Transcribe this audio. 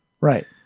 Right